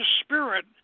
spirit